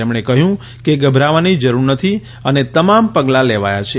તેમણે કહ્યું કે ગભરાવાની જરૂર નથી અને તમામ પગલાં લેવાયા છે